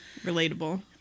Relatable